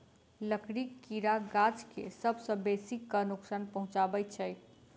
लकड़ीक कीड़ा गाछ के सभ सॅ बेसी क नोकसान पहुचाबैत छै